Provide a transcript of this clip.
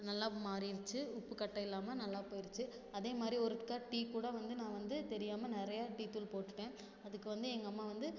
நல்லா மாறிருச்சு உப்புக்கட்டம் இல்லாமல் நல்லா போயிருச்சு அதே மாதிரி ஒருக்கா டீ கூட வந்து நான் வந்து தெரியாமல் நிறைய டீ தூள் போட்டுட்டேன் அதுக்கு வந்து எங்கள் அம்மா வந்து